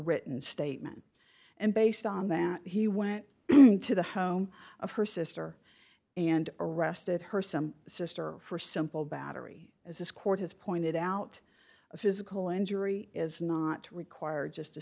written statement and based on that he went to the home of her sister and arrested her some sister for simple battery as this court has pointed out a physical injury is not required just a